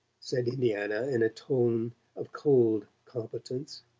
said indiana in a tone of cold competence.